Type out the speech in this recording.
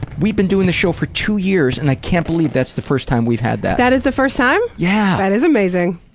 we've been doing this show for two years and i can't believe that's the first time we've had that. that is the first time? yeah. that is amazing.